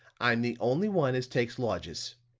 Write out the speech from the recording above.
i'm the only one as takes lodgers.